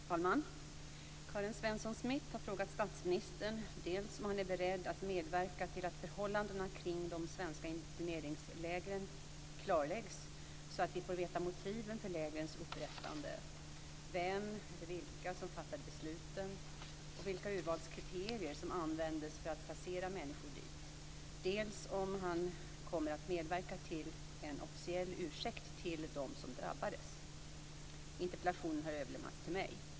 Fru talman! Karin Svensson Smith har frågat statsministern dels om han är beredd att medverka till att förhållandena kring de svenska interneringslägren klarläggs så att vi får veta motiven för lägrens upprättande, vem eller vilka som fattade besluten och vilka urvalskriterier som användes för att placera människor dit, dels om han kommer att medverka till en officiell ursäkt till dem som drabbades. Interpellationen har överlämnats till mig.